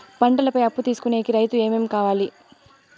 పంటల పై అప్పు తీసుకొనేకి రైతుకు ఏమేమి వుండాలి?